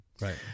Right